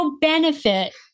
benefit